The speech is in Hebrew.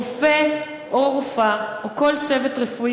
רופא או רופאה או כל צוות רפואי,